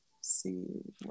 see